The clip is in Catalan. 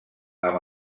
amb